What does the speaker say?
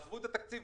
עזבו את התקציב.